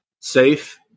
safe